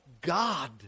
God